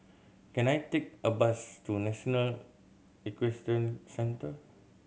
can I take a bus to National Equestrian Centre